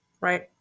right